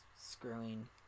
screwing